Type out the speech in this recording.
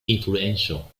influential